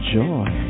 joy